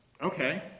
Okay